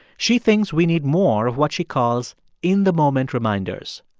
she thinks we need more of what she calls in-the-moment reminders.